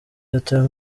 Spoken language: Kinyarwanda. yatawe